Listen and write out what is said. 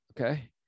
okay